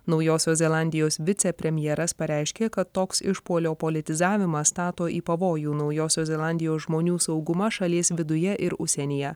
naujosios zelandijos vicepremjeras pareiškė kad toks išpuolio politizavimas stato į pavojų naujosios zelandijos žmonių saugumą šalies viduje ir užsienyje